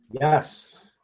Yes